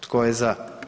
Tko je za?